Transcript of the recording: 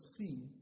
see